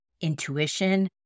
intuition